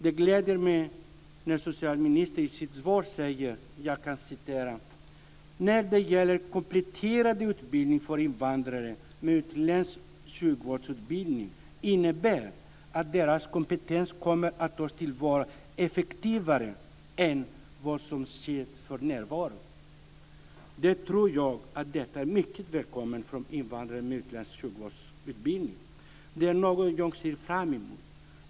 Det gläder mig när socialministern i sitt svar säger att kompletterande utbildning för invandrare med utländsk sjukvårdsutbildning innebär att deras kompetens kommer att tas till vara effektivare än vad som för närvarande sker. Jag tror att detta är mycket välkommet från invandrare med utländsk sjukvårdsutbildning. Det är någonting jag ser fram emot.